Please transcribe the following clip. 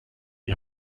die